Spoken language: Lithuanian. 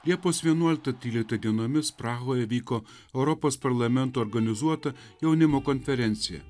liepos vienuoliktą tryliktą dienomis prahoje vyko europos parlamento organizuota jaunimo konferencija